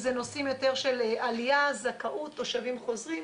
זה נושאים יותר של עלייה, זכאות, תושבים חוזרים.